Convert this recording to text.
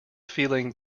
feeling